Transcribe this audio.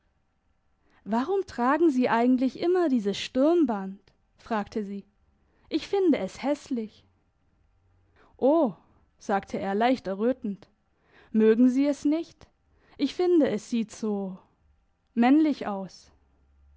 warum tragen sie eigentlich immer dieses sturmband fragte sie ich finde es hässlich o sagte er leicht errötend mögen sie es nicht ich finde es sieht so männlich aus